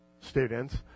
students